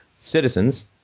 citizens